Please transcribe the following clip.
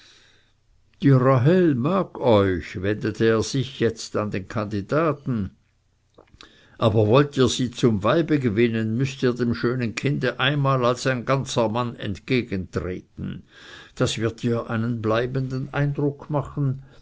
die rahel mag euch wendete er sich jetzt an den kandidaten aber wollt ihr sie zum weibe gewinnen müßt ihr dem schönen kinde einmal als ein ganzer mann entgegentreten das wird ihr einen bleibenden eindruck machen